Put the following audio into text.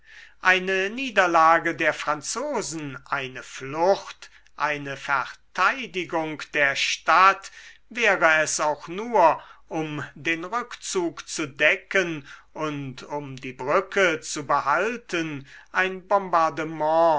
eine niederlage der franzosen eine flucht eine verteidigung der stadt wäre es auch nur um den rückzug zu decken und um die brücke zu behalten ein bombardement